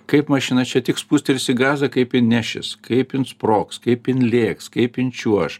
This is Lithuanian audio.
kaip mašina čia tik spustelsi gazą kaip jin nešis kaip jin sprogs kaip jin lėks kaip jin čiuoš